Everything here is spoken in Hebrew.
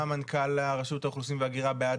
אז למה מנכ"ל רשות האוכלוסין וההגירה בעד